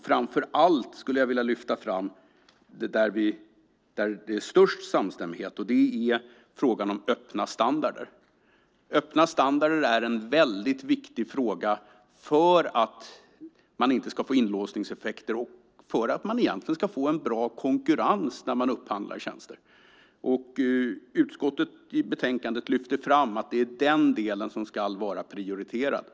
Framför allt vill jag lyfta fram det som det är störst samstämmighet om, nämligen frågan om öppna standarder. Öppna standarder är väldigt viktiga för att man inte ska få inlåsningseffekter och för att man ska få bra konkurrens när man upphandlar tjänster. Utskottet lyfter i betänkandet fram att det är den delen - öppna standarder - som ska vara prioriterad.